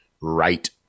right